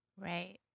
Right